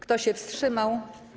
Kto się wstrzymał?